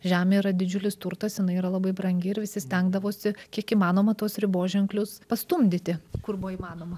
žemė yra didžiulis turtas jinai yra labai brangi ir visi stengdavosi kiek įmanoma tuos riboženklius pastumdyti kur buvo įmanoma